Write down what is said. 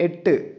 എട്ട്